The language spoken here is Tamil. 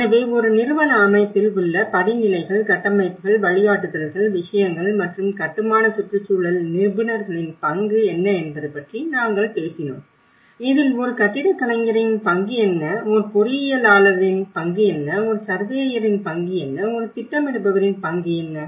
எனவே ஒரு நிறுவன அமைப்பில் உள்ள படிநிலைகள் கட்டமைப்புகள் வழிகாட்டுதல்கள் விஷயங்கள் மற்றும் கட்டுமான சுற்றுச்சூழல் நிபுணர்களின் பங்கு என்ன என்பது பற்றி நாங்கள் பேசினோம் இதில் ஒரு கட்டிடக் கலைஞரின் பங்கு என்ன ஒரு பொறியியலாளரின் பங்கு என்ன ஒரு சர்வேயரின் பங்கு என்ன ஒரு திட்டமிடுபவரின் பங்கு என்ன